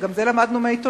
וגם את זה למדנו מהעיתונות,